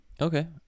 okay